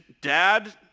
dad